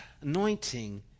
anointing